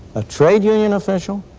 a trade union official,